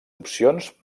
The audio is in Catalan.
opcions